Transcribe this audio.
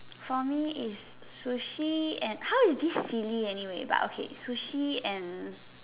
for me is sushi and how is this silly anyway but okay sushi and